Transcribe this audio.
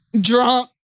Drunk